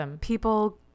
people